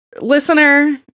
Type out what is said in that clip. listener